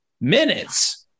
Minutes